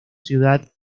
ciudad